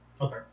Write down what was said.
okay